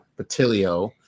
Patilio